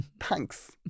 thanks